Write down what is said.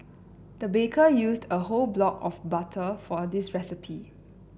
the baker used a whole block of butter for this recipe